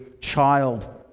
child